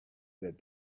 that